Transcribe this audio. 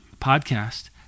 Podcast